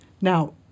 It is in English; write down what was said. Now